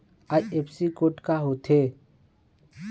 IFSC code का होथे?